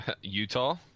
Utah